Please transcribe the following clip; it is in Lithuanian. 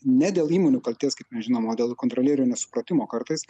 ne dėl įmonių kaltės kaip mes žinom o dėl kontrolierių nesupratimo kartais